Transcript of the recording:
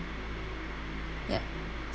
ya